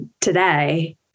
today